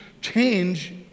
change